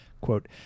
Quote